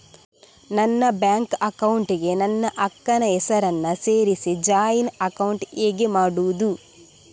ನನ್ನ bank account ಗೆ ನನ್ನ ಅಕ್ಕ ನ ಹೆಸರನ್ನ ಸೇರಿಸಿ ಜಾಯಿನ್ ಅಕೌಂಟ್ ಹೇಗೆ ಮಾಡುದು?